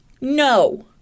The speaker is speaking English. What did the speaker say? No